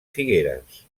figueres